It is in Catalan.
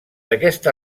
aquesta